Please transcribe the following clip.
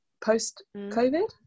post-COVID